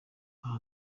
aha